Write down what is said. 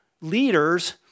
leaders